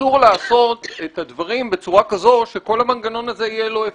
אסור לעשות את הדברים בצורה כזו שכל המנגנון הזה יהיה לא אפקטיבי.